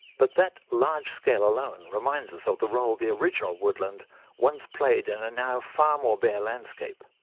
but that large scale alone reminds us of the role the original woodland once played in a now far more bare landscape.